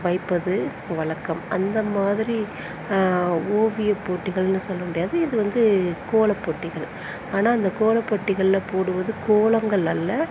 வைப்பது வழக்கம் அந்த மாதிரி ஓவியப்போட்டிகள்னு சொல்ல முடியாது இது வந்து கோலப்போட்டிகள் ஆனால் இந்த கோலப்போட்டிகள்ல போடுவது கோலங்கள் அல்ல